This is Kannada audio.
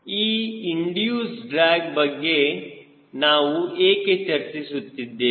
ಈ ಇಂಡಿಯೂಸ್ ಡ್ರ್ಯಾಗ್ ಬಗ್ಗೆ ನಾವು ಏಕೆ ಚರ್ಚಿಸುತ್ತಿದ್ದೇವೆ